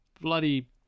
bloody